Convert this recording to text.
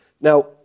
Now